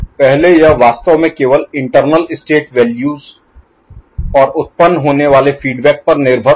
पहले यह वास्तव में केवल इंटरनल स्टेट वैल्यू और उत्पन्न होने वाले फीडबैक पर निर्भर था